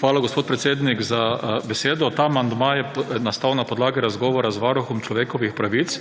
Hvala, gospod predsednik, za besedo. Ta amandma je nastal na podlagi razgovora z varuhom človekovih pravic.